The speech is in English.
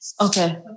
okay